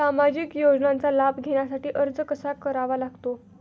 सामाजिक योजनांचा लाभ घेण्यासाठी अर्ज कसा करावा लागतो?